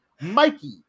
Mikey